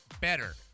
better